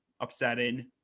upsetting